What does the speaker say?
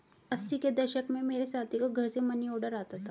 अस्सी के दशक में मेरे साथी को घर से मनीऑर्डर आता था